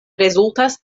rezultas